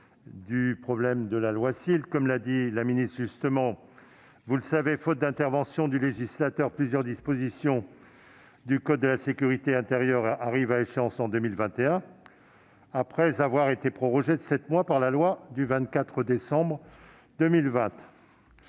à donner à la loi SILT. Je le rappelle à mon tour : faute d'intervention du législateur, plusieurs dispositions du code de la sécurité intérieure arrivent à échéance en 2021, après avoir été prorogées de sept mois par la loi du 24 décembre 2020.